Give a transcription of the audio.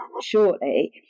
shortly